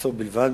לחצור בלבד,